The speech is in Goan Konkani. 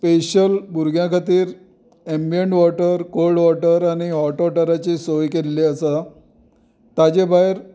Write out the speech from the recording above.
स्पेशल भुरग्यां खातीर एमबियंट वॉटर कॉल्ड वॉटर आनी हॉट वॉटराची सोय केल्ली आसा ताजे भायर